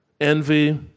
envy